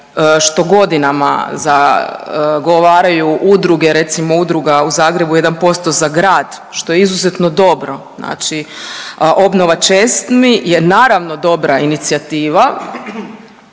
što godinama zagovaraju udruge, recimo udruga u Zagrebu 1% za grad što je izuzetno dobro. Znači obnova česmi je naravno dobra inicijativa,